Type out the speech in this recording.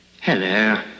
hello